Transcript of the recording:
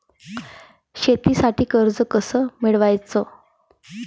शेतीसाठी कर्ज कस मिळवाच?